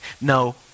no